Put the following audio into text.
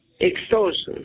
extortion